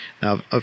Now